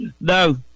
No